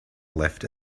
left